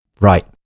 Right